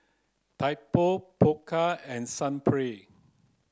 Typo Pokka and Sunplay